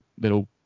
little